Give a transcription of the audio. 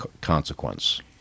consequence